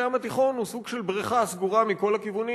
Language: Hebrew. הים התיכון הוא סוג של בריכה סגורה מכל הכיוונים,